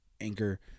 Anchor